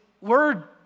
word